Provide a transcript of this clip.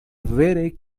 vere